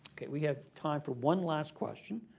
we have time for one last question.